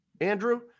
Andrew